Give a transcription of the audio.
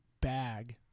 bag